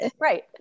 right